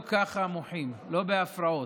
לא ככה מוחים, לא בהפרעות.